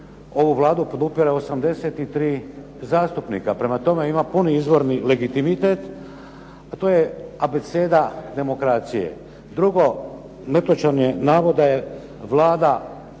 ovu Vladu podupire 83 zastupnika. Prema tome, ima puni izvorni legitimitet, a to je abeceda demokracije. Drugo, netočan je navod da je Vlada